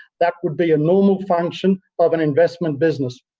that would be a normal function of an investment business.